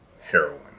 heroin